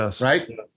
right